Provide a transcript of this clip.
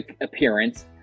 appearance